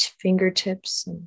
fingertips